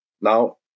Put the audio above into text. now